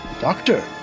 Doctor